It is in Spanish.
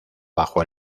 bajo